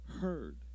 heard